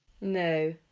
no